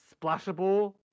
splashable